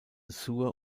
sur